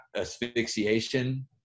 asphyxiation